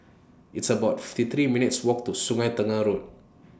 It's about fifty three minutes Walk to Sungei Tengah Road